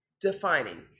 defining